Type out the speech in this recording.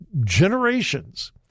generations